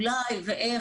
אולי ואיך,